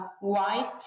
white